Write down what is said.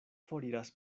foriras